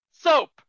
soap